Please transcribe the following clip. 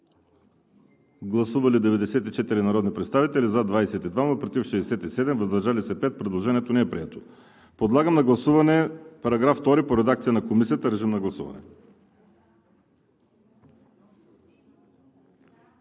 Гласували 94 народни представители: за 22, против 67, въздържали се 5. Предложението не е прието. Подлагам на гласуване § 2 по редакция на Комисията. Гласували